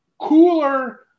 cooler